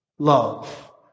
Love